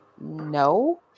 no